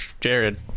Jared